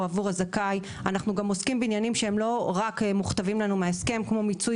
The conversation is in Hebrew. עבור הזכאי; אנחנו עוסקים לא רק בעניינים שמוכתבים לנו מההסכם: מיצוי